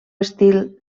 estil